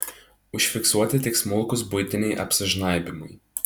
užfiksuoti tik smulkūs buitiniai apsižnaibymai